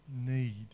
need